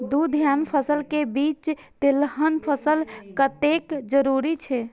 दू धान्य फसल के बीच तेलहन फसल कतेक जरूरी छे?